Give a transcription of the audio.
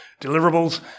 deliverables